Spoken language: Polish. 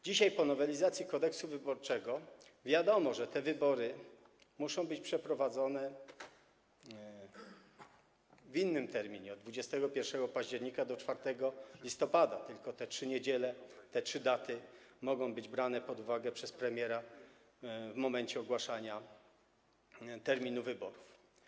Dzisiaj, po nowelizacji Kodeksu wyborczego, wiadomo, że te wybory muszą być przeprowadzone w innym terminie, od 21 października do 4 listopada, tylko te trzy niedziele, te trzy daty mogą być brane pod uwagę przez premiera w momencie ogłaszania terminu wyborów.